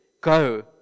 go